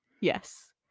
yes